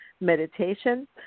meditation